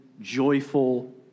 joyful